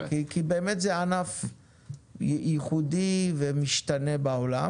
כי, באמת, זה ענף ייחודי ומשתנה בעולם.